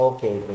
Okay